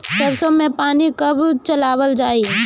सरसो में पानी कब चलावल जाई?